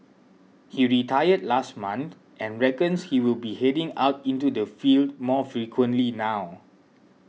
he retired last month and reckons he will be heading out into the field more frequently now